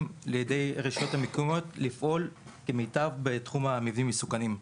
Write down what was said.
בידי הרשויות המקומיות לפעול בתחום המבנים המסוכנים.